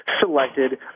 selected